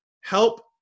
help